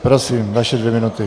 Prosím, vaše dvě minuty.